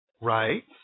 right